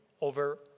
over